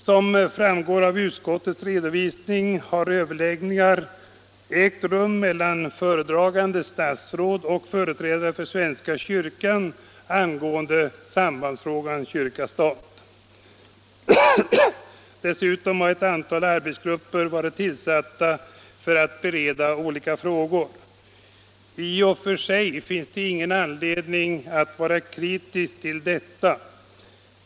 Som framgår av utskottets redovisning har överläggningar ägt rum mellan föredragande statsråd och företrädare för svenska kyrkan angående sambandsfrågan kyrka-stat. Dessutom har ett antal arbetsgrupper varit tillsatta för att bereda olika frågor. I och för sig finns det ingen anledning 83 att vara kritisk mot detta.